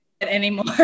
anymore